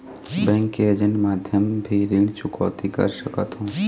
Bank के agent माध्यम भी ऋण चुकौती कर सकथों?